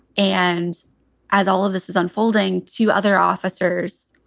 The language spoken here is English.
and as all of this is unfolding to other officers,